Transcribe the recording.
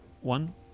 One